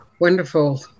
wonderful